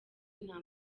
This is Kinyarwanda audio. nta